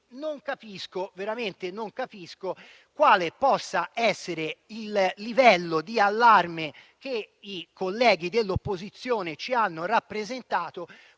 anni. Quindi, non capisco quale possa essere il livello di allarme che i colleghi dell'opposizione ci hanno rappresentato,